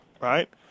Right